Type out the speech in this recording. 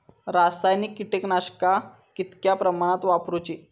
रासायनिक कीटकनाशका कितक्या प्रमाणात वापरूची?